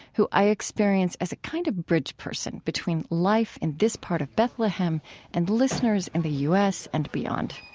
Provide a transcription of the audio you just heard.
who i experience as a kind of bridge person between life in this part of bethlehem and listeners in the u s. and beyond